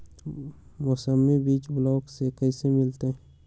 मौसमी बीज ब्लॉक से कैसे मिलताई?